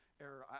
error